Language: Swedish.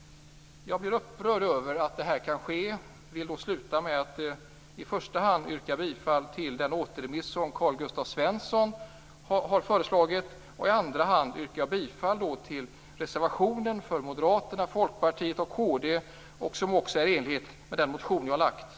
Jag blir upprörd över att sådant här kan ske. Avslutningsvis yrkar jag i första hand bifall till Folkpartiet och Kristdemokraterna, vilken är i enlighet med den motion som jag har väckt.